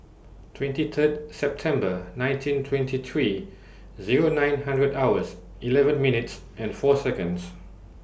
twenty Third September nineteen twenty three Zero nine hundred hours eleven minutes and four Seconds